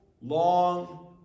long